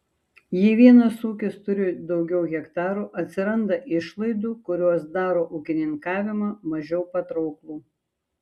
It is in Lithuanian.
jei vienas ūkis turi daugiau hektarų atsiranda išlaidų kurios daro ūkininkavimą mažiau patrauklų